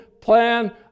plan